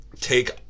take